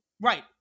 Right